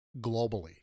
globally